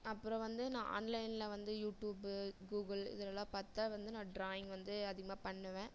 அப்புறம் வந்து நான் ஆன்லைனில் வந்து யூட்டூப்பு கூகுள் இதெலலாம் பார்த்துதான் வந்து நான் டிராயிங் வந்து அதிகமாக பண்ணுவேன்